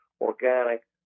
organic